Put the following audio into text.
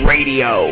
Radio